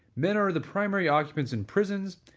men are the primary occupants in prisons,